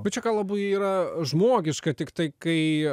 bet čia ką yra labai yra žmogiška tiktai kai